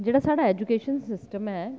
जेह्ड़ा साढ़ा education system ऐ